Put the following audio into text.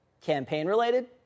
Campaign-related